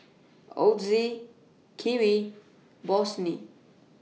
Ozi Kiwi Bossini